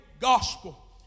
gospel